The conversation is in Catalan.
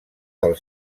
del